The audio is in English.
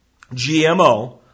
GMO